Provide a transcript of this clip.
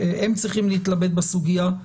הם צריכים להתלבט בסוגיה,